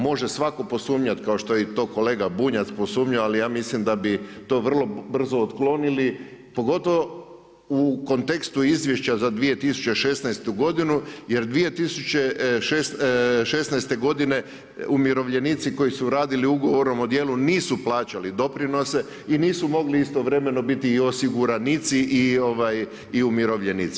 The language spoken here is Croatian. Može svako posumnjati, kao što je i to kolega Bunjac posumnjao ali ja mislim da bi to vrlo brzo otklonili pogotovo u kontekstu izvješća za 2016. godinu jer 2016. godine umirovljenici koji su radili ugovorom o djelu nisu plaćali doprinose i nisu mogli istovremeno biti i osiguranici i umirovljenici.